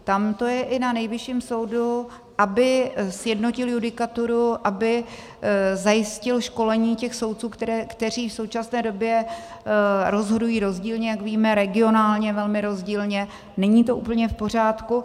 Tam to je i na Nejvyšším soudu, aby sjednotil judikaturu, aby zajistil školení těch soudců, kteří v současné době rozhodují rozdílně, jak víme, regionálně velmi rozdílně, není to úplně v pořádku.